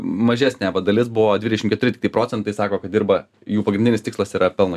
mažesnė va dalis buvo dvidešim keturi procentai sako kad dirba jų pagrindinis tikslas yra pelno